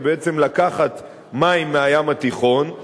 זה בעצם לקחת מים מהים התיכון,